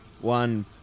One